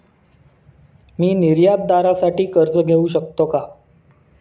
मी निर्यातदारासाठी कर्ज घेऊ शकतो का?